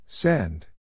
Send